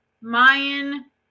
mayan